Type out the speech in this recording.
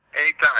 Anytime